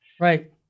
Right